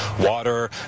water